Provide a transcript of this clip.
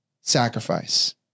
sacrifice